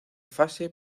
fase